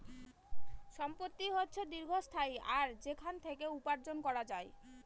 সম্পত্তি হচ্ছে দীর্ঘস্থায়ী আর সেখান থেকে উপার্জন করা যায়